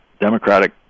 Democratic